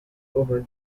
over